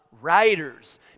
writers